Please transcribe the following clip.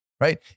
right